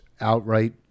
outright